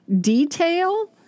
detail